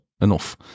enough